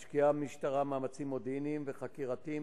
משקיעה המשטרה מאמצים מודיעיניים וחקירתיים